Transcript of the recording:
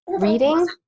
Reading